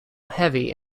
heavy